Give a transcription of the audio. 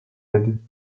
added